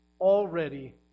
already